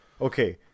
okay